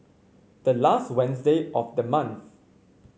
the last Wednesday of the month